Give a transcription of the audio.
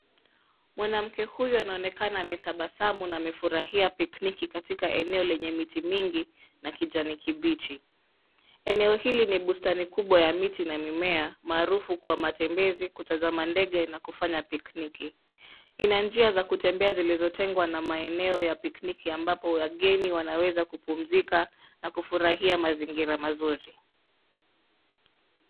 Mwanamke huyu anaonekana ametabasamu na amefurahia pikniki katika eneo lenye miti mingi na kijani kibichi. Eneo hili ni bustani kubwa ya miti na mimea maarufu kwa matembezi, kutazama ndege na kufanya pikniki. Una njia za kutembea zilizotengwa na maeneo ya pikniki ambapo wageni wanaweza kupumzika na kufurahia mazingira mazuri.